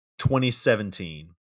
2017